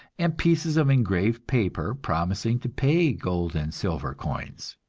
and pieces of engraved paper promising to pay gold and silver coins.